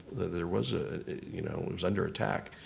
that it was ah you know it was under attack.